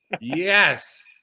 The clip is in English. yes